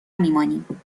میمانیم